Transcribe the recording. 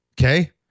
Okay